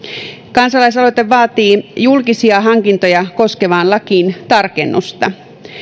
kansalaisaloite vaatii julkisia hankintoja koskevaan lakiin tarkennusta